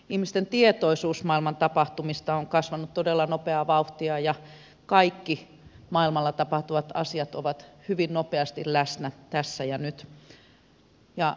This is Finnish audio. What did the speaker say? ihmisten tietoisuus maailman tapahtumista on kasvanut todella nopeaa vauhtia ja kaikki maailmalla tapahtuvat asiat ovat hyvin nopeasti läsnä tässä ja nyt